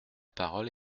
parole